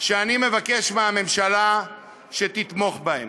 שאני מבקש מהממשלה שתתמוך בהם.